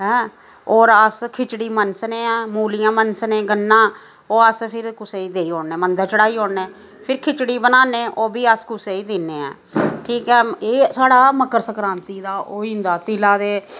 ऐं होर अस खिचड़ी मनसने आं मुल्लियां मनसने गन्ना ओह् अस फिर कुसै ई देई ओड़ने मंदर चढ़ाई ओड़ने फिर खिचड़ी बनाने ओह् बी अस कुसै ई दि'न्ने आं ठीक ऐ एह् बी अस मकर सक्रांति दा ओह् होइंदा तिला ते